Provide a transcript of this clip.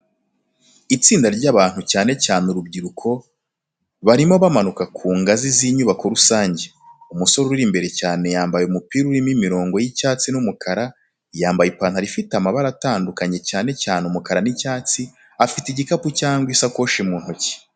Itsinda ry’abantu, cyane cyane urubyiruko, barimo bamanuka ku ngazi z’inyubako rusange. Umusore uri imbere cyane yambaye umupira urimo imirongo y’icyatsi n’umukara, yambaye ipantaro ifite amabara atandukanye cyane cyane umukara n’icyatsi, afite igikapu cyangwa isakoshi mu ntoki.